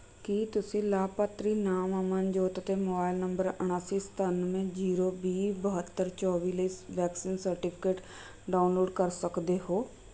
ਕੀ ਤੁਸੀਂ ਲਾਭਪਾਤਰੀ ਨਾਮ ਅਮਨਜੋਤ ਅਤੇ ਮੋਬਾਈਲ ਨੰਬਰ ਉਨਾਸੀ ਸਤਾਨਵੇਂ ਜ਼ੀਰੋ ਵੀਹ ਬਹੱਤਰ ਚੌਵੀ ਲਈ ਵੈਕਸੀਨ ਸਰਟੀਫਿਕੇਟ ਡਾਊਨਲੋਡ ਕਰ ਸਕਦੇ ਹੋ